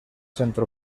centre